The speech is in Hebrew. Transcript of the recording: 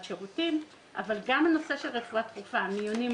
שירותים אבל גם הנושא של רפואה דחופה מיון,